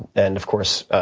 and of course,